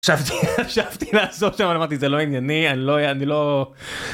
חשבתי לעשות שם אבל אמרתי זה לא ענייני, אני לא, אני לא...